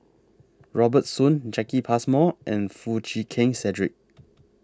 Robert Soon Jacki Passmore and Foo Chee Keng Cedric